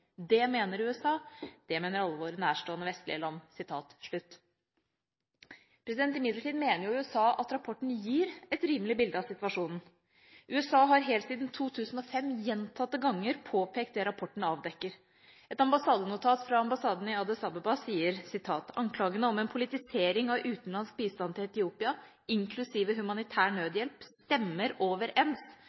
mener USA. Det mener alle våre nærstående vestlige land». Imidlertid mener USA at rapporten gir et rimelig bilde av situasjonen. USA har helt siden 2005 gjentatte ganger påpekt det rapporten avdekker. Et ambassadenotat fra den amerikanske ambassaden i Addis sier: «Anklagene om en politisering av utenlandsk bistand til Etiopia, inklusive humanitær nødhjelp, stemmer